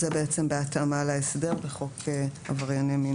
זה בהתאמה להסדר בחוק עברייני מין,